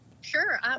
Sure